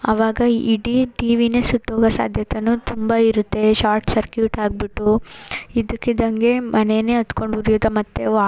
ಆವಾಗ ಇಡೀ ಟಿವಿನೇ ಸುಟ್ಟೋಗೋ ಸಾಧ್ಯತೆಯೂ ತುಂಬ ಇರುತ್ತೆ ಶಾರ್ಟ್ ಸರ್ಕ್ಯೂಟ್ ಆಗ್ಬಿಟ್ಟು ಇದ್ದಕಿದ್ದಂಗೆ ಮನೆನೇ ಹತ್ಕೊಂಡ್ ಉರಿಯುತ್ತೆ ಮತ್ತು ವಾ